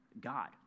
God